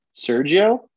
Sergio